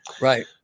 Right